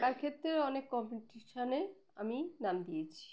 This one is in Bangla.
আঁকার ক্ষেত্রে অনেক কম্পিটিশনে আমি নাম দিয়েছি